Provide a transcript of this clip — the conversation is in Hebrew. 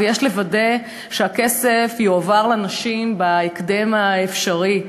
ויש לוודא שהכסף יועבר לנשים בהקדם האפשרי.